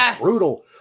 brutal